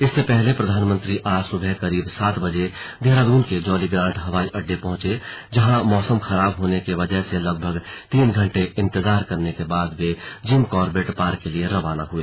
इससे पहले प्रधानमंत्री आज सुबह करीब सात बजे देहरादून के जौलीग्रांट हवाई अड्डे पहुंचे जहां खराब मौसम की वजह से लगभग तीन घंटे इंतजार करने के बाद वे जिम कॉर्बेट पार्क के लिए रवाना हुए